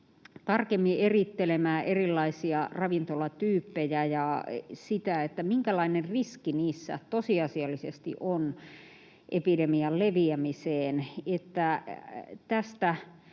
tarkemmin erittelemään erilaisia ravintolatyyppejä ja sitä, minkälainen riski niissä tosiasiallisesti on epidemian leviämiseen.